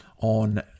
on